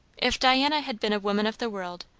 if diana had been a woman of the world,